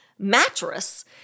mattress